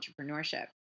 Entrepreneurship